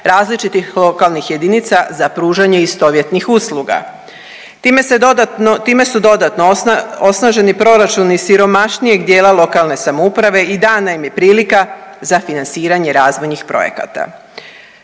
različitih lokalnih jedinica za pružanje istovjetnih usluga. Time se dodatno, time su dodatno osnaženi proračuni siromašnijeg dijela lokale samouprave i dana im je prilika za financiranje razvojnih projekata.